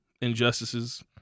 injustices